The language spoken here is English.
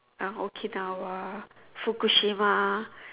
Okinawa Fukushima